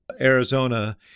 Arizona